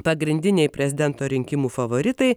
pagrindiniai prezidento rinkimų favoritai